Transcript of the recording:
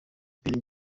ibintu